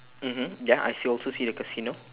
mmhmm ya I see also see the casino